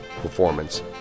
performance